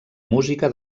música